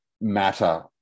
matter